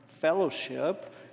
fellowship